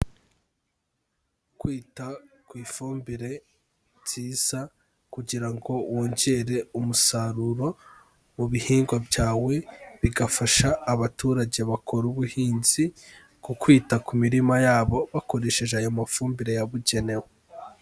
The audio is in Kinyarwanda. Kwita ku ifumbire nziza kugira ngo wongere umusaruro mu bihingwa byawe, bigafasha abaturage bakora ubuhinzi ku kwita ku mirima yabo bakoresheje ayo mafumbire yabugenewe.